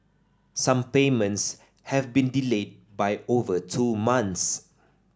some payments have been delayed by over two months